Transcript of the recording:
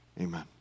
Amen